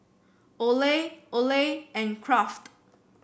Olay Olay and Kraft